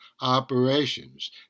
operations